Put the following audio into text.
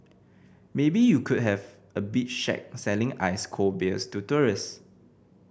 maybe you could have a beach shack selling ice cold beers to tourist